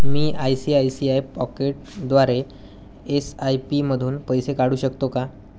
me I C I C I पॉकेटद्वारे S I P मधून पैसे काढू शकतो का